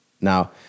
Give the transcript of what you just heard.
Now